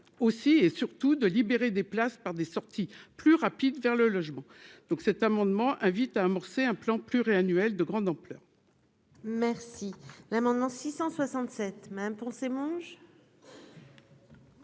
aussi et surtout de libérer des places par des sorties plus rapide, vers le logement donc cet amendement invite à amorcer un plan pluriannuel de grande ampleur. Merci l'amendement 667 même mange.